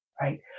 Right